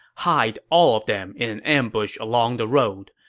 hide all of them in an ambush along the road.